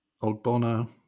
Ogbonna